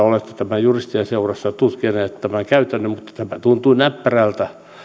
olette juristien seurassa tutkineet tämän käytännön mutta tämä tuntuu näppärältä